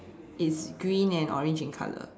it's green and orange in colour